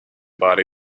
body